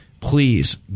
please